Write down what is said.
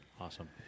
awesome